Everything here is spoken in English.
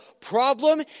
problem